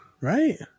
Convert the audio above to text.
right